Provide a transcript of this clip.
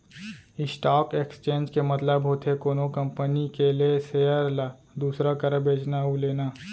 stock exchange के मतलब होथे कोनो कंपनी के लेय सेयर ल दूसर करा बेचना अउ लेना